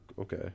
Okay